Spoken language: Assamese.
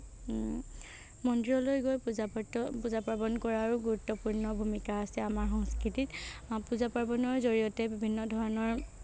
মন্দিৰলৈ গৈ পূজা পূজা পাৰ্বণ কৰাৰো গুৰুত্বপূৰ্ণ ভূমিকা আছে আমাৰ সংস্কৃতিত পূজা পাৰ্বণৰ জড়িয়তে বিভিন্ন ধৰণৰ